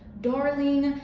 darling.